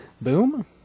Boom